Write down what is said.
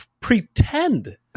Pretend